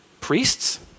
priests